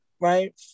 right